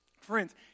Friends